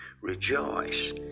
rejoice